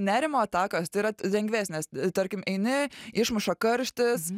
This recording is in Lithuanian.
nerimo atakos yra tai yra lengvesnės tarkim eini išmuša karštis